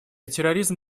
терроризм